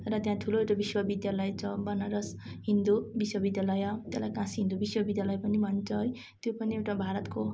र त्यहाँ ठुलो एउटा विश्वविद्यालय छ बनारस हिन्दू विश्वविद्यालय त्यसलाई काशी हिन्दू विश्वविद्यालय पनि भनिन्छ है त्यो पनि एउटा भारतको